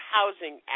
Housing